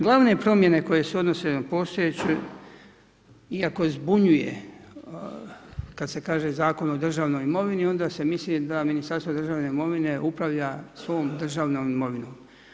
Glavne promjene koje se odnose na postojeće iako zbunjuje kad se kaže Zakon o državnoj imovini, onda se misli da Ministarstvo državne imovine upravlja svom državnom imovine.